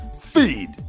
feed